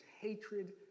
hatred